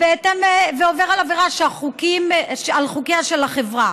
עובר עבירה על חוקיה של החברה